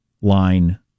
line